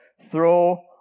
throw